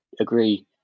agree